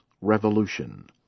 Revolution